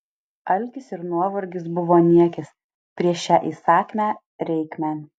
alkis ir nuovargis buvo niekis prieš šią įsakmią reikmę